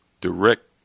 direct